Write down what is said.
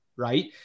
Right